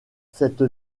cette